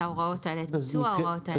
את ביצוע ההוראות האלו?